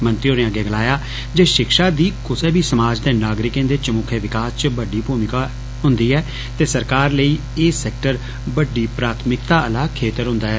मंत्री होरें अग्गे गलाया जे षिक्षा दी कुसै बी समाज दे नागरिकें दे चमुक्खे विकास च बड्डी भूमिका हुन्दी ऐ ते सरकार लेई ऐ सैक्टर बड़ी प्राथमिक्ता आह्ला खेतर हुन्दा ऐ